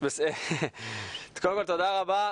תודה רבה.